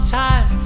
time